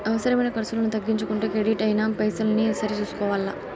అవసరమైన కర్సులను తగ్గించుకుంటూ కెడిట్ అయిన పైసల్ని సరి సూసుకోవల్ల